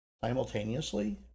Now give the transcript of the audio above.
simultaneously